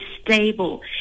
stable